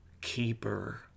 keeper